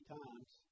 times